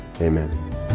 Amen